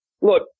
Look